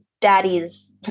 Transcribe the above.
daddy's